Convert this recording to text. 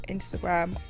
Instagram